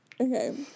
okay